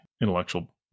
intellectual